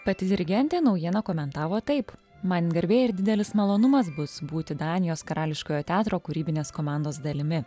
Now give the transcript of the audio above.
pati dirigentė naujieną komentavo taip man garbė ir didelis malonumas bus būti danijos karališkojo teatro kūrybinės komandos dalimi